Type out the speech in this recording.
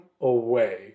away